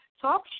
talk